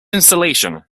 installation